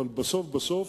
אבל בסוף בסוף,